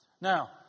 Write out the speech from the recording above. Now